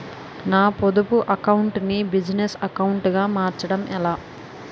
నా పొదుపు అకౌంట్ నీ బిజినెస్ అకౌంట్ గా మార్చడం ఎలా?